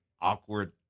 awkward